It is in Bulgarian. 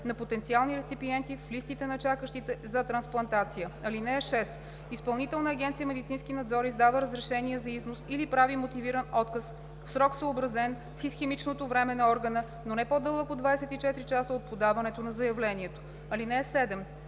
на потенциални реципиенти в листите на чакащите за трансплантация. (6) Изпълнителна агенция „Медицински надзор“ издава разрешение за износ или прави мотивиран отказ в срок, съобразен с исхемичното време на органа, но не по-дълъг от 24 часа от подаването на заявлението. (7)